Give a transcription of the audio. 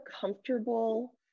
comfortable